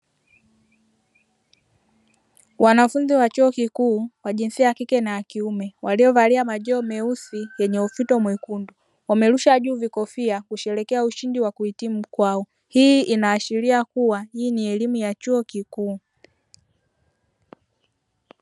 Wanafunzi wa Chuo Kikuu wa jinsia ya kike na ya kiume waliovalia majoho meusi yenye ufuto mwekundu, wamerusha juu vikofia kusherehekea ushindi wa kuhitimu kwao. Hii inaashiria kuwa hii ni elimu ya chuo kikuu.